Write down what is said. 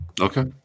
Okay